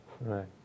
Right